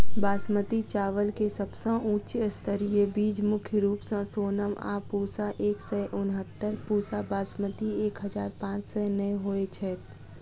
बासमती चावल केँ सबसँ उच्च स्तरीय बीज मुख्य रूप सँ सोनम आ पूसा एक सै उनहत्तर, पूसा बासमती एक हजार पांच सै नो होए छैथ?